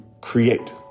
create